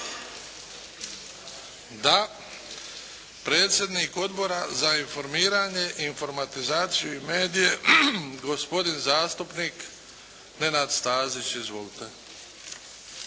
Da. Predsjednik Odbora za informiranje, informatizaciju i medije, gospodin zastupnik Nenad Stazić. Izvolite.